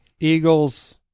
eagles